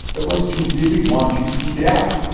it was to really want to seek it out.